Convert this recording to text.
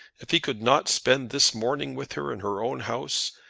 if he could not spend this morning with her in her own house,